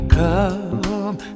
come